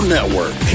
Network